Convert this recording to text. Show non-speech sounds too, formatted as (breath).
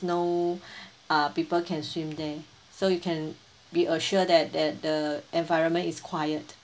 no (breath) uh people can swim there so you can be assured that that the environment is quiet